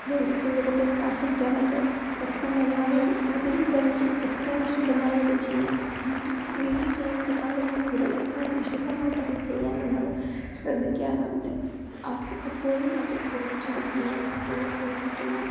ദൈവത്തിൻ്റെ അടുത്ത് പ്രാർത്ഥിക്കാറുണ്ട് എത്ര മനോഹരം അതിൽ തന്നെ ഇത്ര വിശുദ്ധമായത് ചെയ്യാം വീട്ടിൽ ചെയ്യുന്ന ഒരു കാര്യമാണെങ്കിലും എത്ര വിശുദ്ധമായിട്ടത് ചെയ്യാം എന്നവർ ശ്രദ്ധിക്കാറുണ്ട് അപ്പോഴും അത് കുളിച്ചൊരുങ്ങി വിളക്ക് കത്തിക്കുന്ന